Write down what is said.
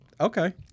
Okay